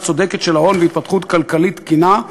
צודקת של ההון והתפתחות כלכלית תקינה,